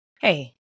Hey